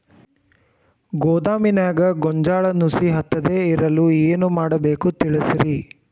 ಗೋದಾಮಿನ್ಯಾಗ ಗೋಂಜಾಳ ನುಸಿ ಹತ್ತದೇ ಇರಲು ಏನು ಮಾಡಬೇಕು ತಿಳಸ್ರಿ